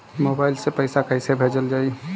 Mobile से पैसा कैसे भेजल जाइ?